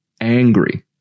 angry